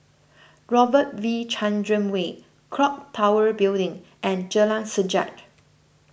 Robert V Chandran Way Clock Tower Building and Jalan Sajak